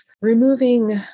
removing